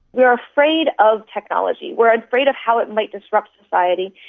yeah afraid of technology, we're afraid of how it might disrupt society,